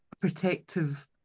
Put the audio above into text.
protective